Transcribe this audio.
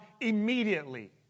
immediately